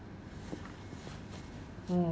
mm